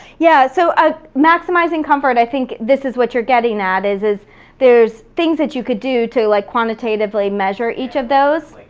yeah, so ah maximizing comfort, i think this is what you're getting at, is is there's things that you could do to like quantitatively measure each of those.